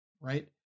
right